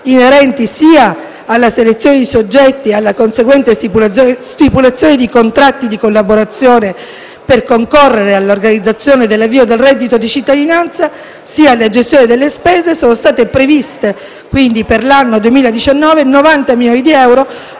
inerenti sia alla selezione di soggetti e alla conseguente stipulazione di contratti di collaborazione per concorrere all'organizzazione dell'avvio del reddito di cittadinanza, sia alla gestione delle spese, sono state previste in 90 milioni di euro